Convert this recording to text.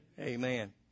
amen